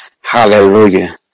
hallelujah